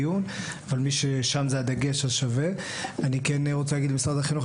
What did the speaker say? אני כן רוצה להגיד למשרד החינוך,